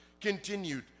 continued